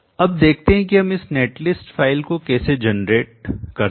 अब देखते हैं कि हम इस नेट लिस्ट फाइल को कैसे जनरेट बनाना करते हैं